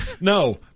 No